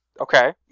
Okay